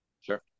Sure